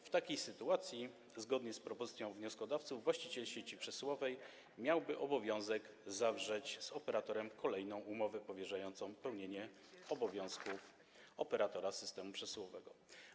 W takiej sytuacji zgodnie z propozycją wnioskodawców właściciel sieci przesyłowej miałby obowiązek zawrzeć z operatorem koleją umowę powierzającą pełnienie obowiązków operatora systemu przesyłowego.